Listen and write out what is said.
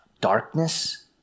darkness